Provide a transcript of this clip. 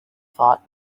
thought